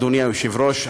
אדוני היושב-ראש,